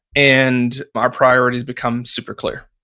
and our priorities become super clear